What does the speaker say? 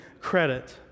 credit